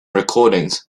recordings